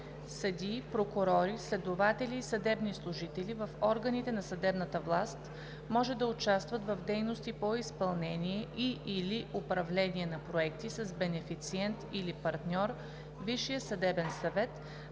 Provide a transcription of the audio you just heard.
Съдии, прокурори, следователи и съдебни служители в органите на съдебната власт може да участват в дейности по изпълнение и/или управление на проекти с бенефициент или партньор